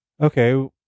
okay